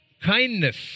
Kindness